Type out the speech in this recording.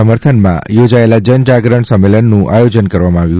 સમર્થનમાં યોજાયેલા જન જાગરણ સંમેલનનું આયોજન કરવામાં આવ્યું